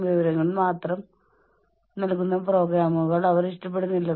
നാളെ രാവിലെ വരെ എന്റെ ആകുലതകൾ അടക്കിപ്പിടിക്കുക